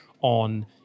on